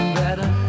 better